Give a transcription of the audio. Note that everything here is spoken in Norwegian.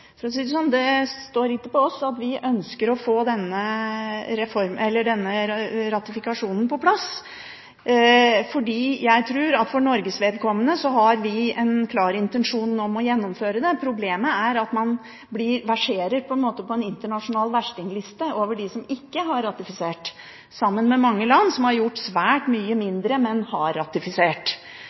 For å si det sånn – det står ikke på oss. Vi ønsker å få denne ratifikasjonen på plass, for jeg tror at for Norges vedkommende har vi en klar intensjon om å gjennomføre det. Problemet er at man verserer på en måte på en slags internasjonal verstingliste over dem som ikke har ratifisert, sammen med mange land som har gjort svært mye mindre, men som har ratifisert.